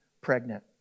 pregnant